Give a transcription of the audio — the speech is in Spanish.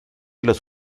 los